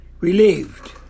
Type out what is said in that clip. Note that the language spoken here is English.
relieved